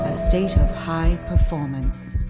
ah state of high performance.